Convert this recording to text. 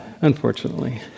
Unfortunately